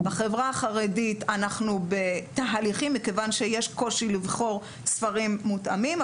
במגזר החרדי אנחנו בתהליכים מכיוון שיש קושי לבחור ספרים מותאמים.